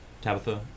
Tabitha